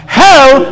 hell